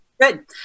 Good